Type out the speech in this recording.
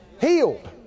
healed